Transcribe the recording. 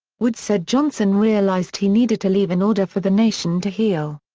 woods said johnson realized he needed to leave in order for the nation to heal.